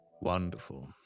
Wonderful